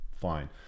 fine